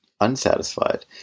unsatisfied